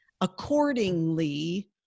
accordingly